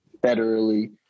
federally